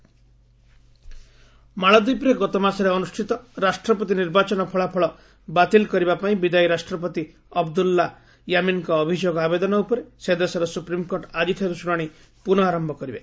Maldives ଏସ୍ସି ମାଳଦ୍ୱୀପରେ ଗତ ମାସରେ ଅନୁଷ୍ଠିତ ରାଷ୍ଟ୍ରପତି ନିର୍ବାଚନ ଫଳାଫଳ ବାତିଲ କରିବା ପାଇଁ ବିଦାୟୀ ରାଷ୍ଟ୍ରପତି ଅବଦୁଲ୍ଲା ୟାମିନ୍ଙ୍କ ଅଭିଯୋଗ ଆବେଦନ ଉପରେ ସେ ଦେଶର ସୁପ୍ରିମ୍କୋର୍ଟ ଆକ୍ରିଠାରୁ ଶୁଣାଣି ପୁନଃ ଆରମ୍ଭ କରିବେ